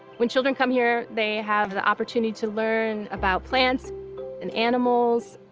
when children come here, they have the opportunity to learn about plants and animals.